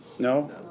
No